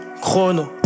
chrono